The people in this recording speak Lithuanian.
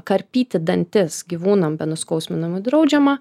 karpyti dantis gyvūnam be nuskausminamųjų draudžiama